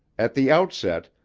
at the outset,